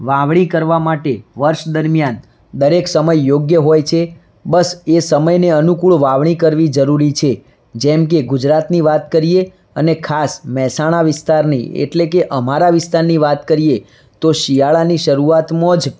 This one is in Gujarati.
વાવણી કરવા માટે વર્ષ દરિમયાન દરેક સમય યોગ્ય હોય છે બસ એ સમયને અનુકૂળ વાવણી કરવી જરૂરી છે જેમ કે ગુજરાતની વાત કરીએ અને ખાસ મહેસાણા વિસ્તારની એટલે કે અમારા વિસ્તારની વાત કરીએ તો શિયાળાની શરૂઆતમાં જ